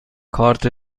کارت